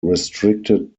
restricted